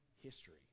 history